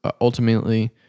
ultimately